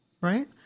Right